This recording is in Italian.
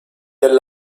del